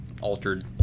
altered